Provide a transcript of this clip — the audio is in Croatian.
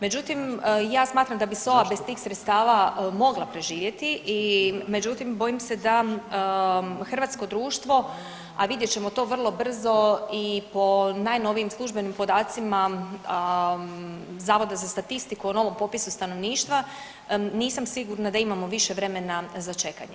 Međutim, ja smatram da bi SOA bez tih sredstava mogla preživjeti i međutim bojim se da hrvatsko društvo, a vidjet ćemo to vrlo brzo i po najnovijim službenim podacima Zavoda za statistiku o novom popisu stanovništva, nisam sigurna da imamo više vremena za čekanje.